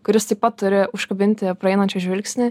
kuris taip pat turi užkabinti praeinančių žvilgsnį